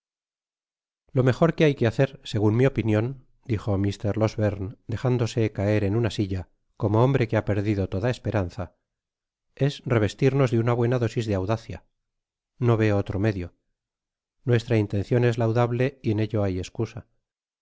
lo mejor que hay que hacer segun mi opinion dijo mr losberne dejándose caer en una silla como hombre que ha perdido toda esperanzaes revestirnos de una buena dosis de audacia no veo otro medio nuestra intencion es laudable y en ello hay escusa